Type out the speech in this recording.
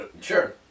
sure